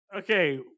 Okay